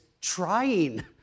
trying